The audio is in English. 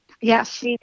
Yes